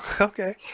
okay